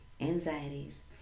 anxieties